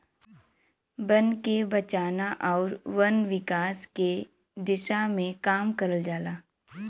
बन के बचाना आउर वन विकास के दिशा में काम करल जाला